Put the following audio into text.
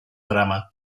darama